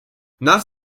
nach